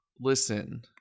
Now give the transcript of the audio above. Listen